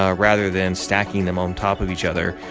ah rather than stacking them on top of each other,